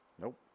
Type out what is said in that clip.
Nope